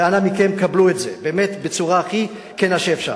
ואנא מכם קבלו את זה, באמת, בצורה הכי כנה שאפשר,